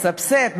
מסבסד,